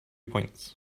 points